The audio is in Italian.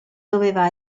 doveva